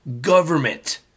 government